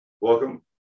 Welcome